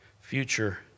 future